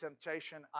temptation